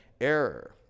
error